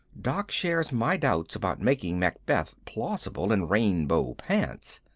doc shares my doubts about making macbeth plausible in rainbow pants.